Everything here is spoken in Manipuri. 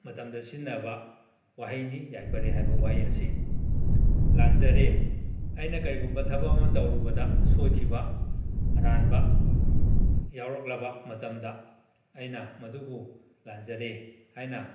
ꯃꯇꯝꯗ ꯁꯤꯖꯤꯟꯅꯕ ꯋꯥꯍꯩꯅꯤ ꯌꯥꯏꯐꯔꯦ ꯍꯥꯏꯕ ꯋꯥꯍꯩ ꯑꯁꯤ ꯂꯥꯟꯖꯔꯦ ꯑꯩꯅ ꯀꯔꯤꯒꯨꯝꯕ ꯊꯕꯛ ꯑꯃ ꯇꯧꯔꯨꯕꯗ ꯁꯣꯏꯈꯤꯕ ꯑꯔꯥꯟꯕ ꯌꯥꯎꯔꯛꯂꯕ ꯃꯇꯝꯗ ꯑꯩꯅ ꯃꯗꯨꯕꯨ ꯂꯥꯟꯖꯔꯦ ꯍꯥꯏꯅ